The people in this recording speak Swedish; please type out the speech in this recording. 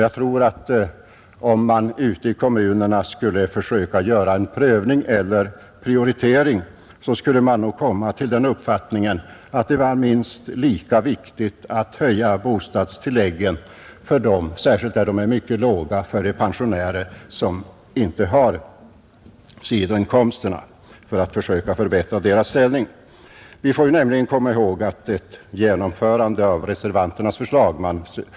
Jag tror att om man ute i kommunerna skulle försöka göra en prövning eller prioritering, skulle man nog komma till den uppfattningen att det var minst lika viktigt att höja bostadstilläggen, särskilt där de är mycket låga, för de pensionärer som inte har sidoinkomster och därigenom söka förbättra deras ställning. Vi skall nämligen komma ihåg att ett genomförande av reservanternas förslag är mycket kostnadskrävande.